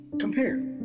Compare